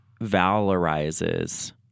valorizes